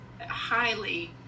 highly